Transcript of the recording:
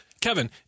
Kevin